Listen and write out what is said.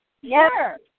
Yes